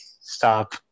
stop